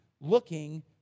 looking